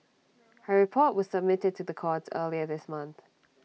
her report was submitted to the courts earlier this month